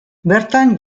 bertan